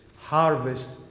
Harvest